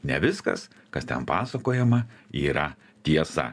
ne viskas kas ten pasakojama yra tiesa